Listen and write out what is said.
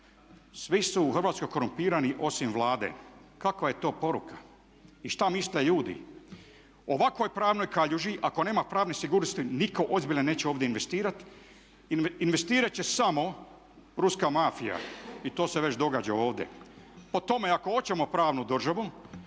svi su u Hrvatskoj korumpirani osim Vlade. Kakva je to poruka i šta misle ljudi. U ovakvoj pravno kaljuži ako nema pravne sigurnosti nitko ozbiljan neće ovdje investirati. Investirati će samo ruska mafija i to se već događa ovdje. Po tome ako hoćemo pravnu državu